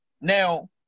Now